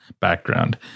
background